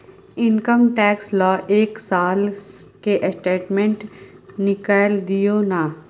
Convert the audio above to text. Income tax ल एक साल के स्टेटमेंट निकैल दियो न?